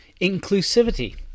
inclusivity